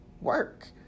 work